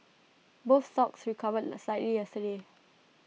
both stocks recovered slightly yesterday